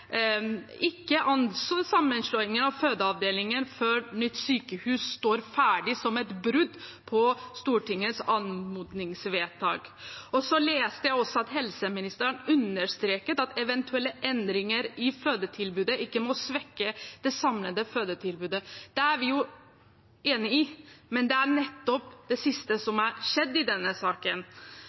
ikke anså sammenslåingen av fødeavdelingene før nytt sykehus står ferdig, som et brudd på Stortingets anmodningsvedtak. Så leste jeg også at helseministeren understreket at eventuelle endringer i fødetilbudet ikke må svekke det samlede fødetilbudet. Det er vi enig i, men det er nettopp det siste som har skjedd i denne saken.